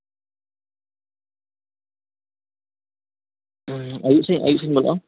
ᱦᱩᱸ ᱟᱭᱩᱵ ᱥᱮᱡ ᱤᱧ ᱵᱚᱞᱚᱜᱼᱟ